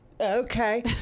Okay